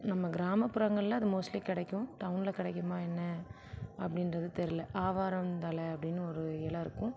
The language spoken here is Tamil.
நம்ம கிராமப்புறங்களில் அது மோஸ்ட்லி கிடைக்கும் டவுனில் கிடைக்குமா என்ன அப்படின்றது தெரியல ஆவாரம்தழை அப்படின்னு ஒரு இல இருக்கும்